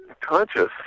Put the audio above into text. conscious